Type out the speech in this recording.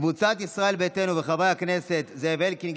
קבוצת ישראל ביתנו וחברי הכנסת זאב אלקין,